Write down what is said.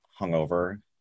hungover